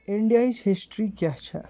اِنڈیاہٕچ history کیٛاہ چھےٚ